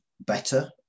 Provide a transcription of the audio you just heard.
better